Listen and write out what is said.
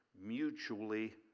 mutually